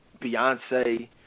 Beyonce